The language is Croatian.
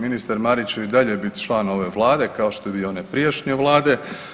Ministar Marić će i dalje biti član ove Vlade kao što je bio one prijašnje Vlade.